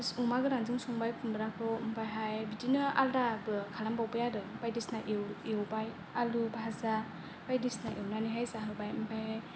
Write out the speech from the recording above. अमा गोरानजों संबाय खुमब्राखौ ओमफायहाय बिदिनो आलदाबो खालामबावबाय आरो बायदिसिना एवबाय आलु बाजा बायदिसिना एवनानैहाय जाहोबाय ओमफाय